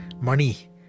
Money